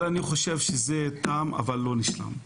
אבל אני חושב שזה תם אבל לא נשלם.